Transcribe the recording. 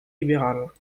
libérales